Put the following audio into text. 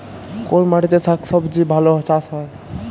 কোন মাটিতে শাকসবজী ভালো চাষ হয়?